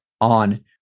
on